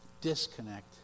disconnect